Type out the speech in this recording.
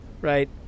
right